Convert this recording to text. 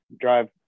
drive